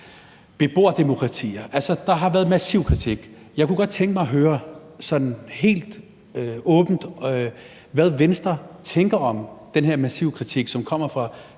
beboerdemokratier. Der har været massiv kritik. Jeg kunne godt tænke mig at høre sådan helt åbent, hvad Venstre tænker om den her massive kritik, som kommer fra